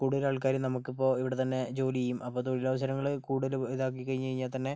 കൂടുതൽ ആൾക്കാരും നമുക്കിപ്പോൾ ഇവിടെത്തന്നെ ജോലി ചെയ്യും അപ്പോൾ തൊഴിലവസരങ്ങള് കൂടുതൽ ഇതാക്കിക്കഴിഞ്ഞ് കഴിഞ്ഞാൽ തന്നെ